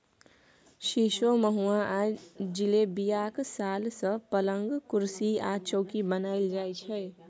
सीशो, महुआ आ जिलेबियाक साल सँ पलंग, कुरसी आ चौकी बनाएल जाइ छै